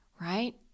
right